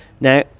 Now